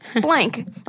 blank